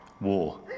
war